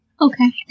Okay